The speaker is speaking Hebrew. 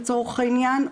לצורך העניין,